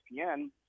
ESPN